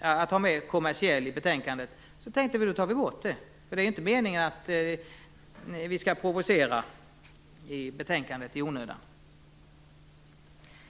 att ha med ordet "kommersiell" i betänkandet tog vi bort det; det är ju inte meningen att vi i betänkandet skall provocera i onödan.